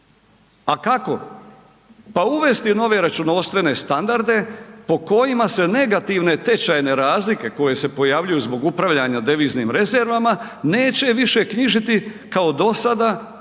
A kako? Pa uvesti nove računovodstvene standarde po kojima se negativne tečajne razlike koje se pojavljuju zbog upravljanja deviznim rezervama neće više knjižiti kao do sada, to